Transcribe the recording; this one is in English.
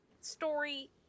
story